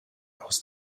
aus